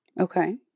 Okay